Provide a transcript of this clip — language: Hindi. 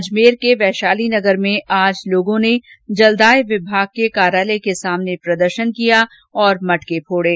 अजमेर के वैशाली नगर में लोगों ने जलदाय विभाग कार्यालय के सामने प्रदर्शन किया और मटके फोडे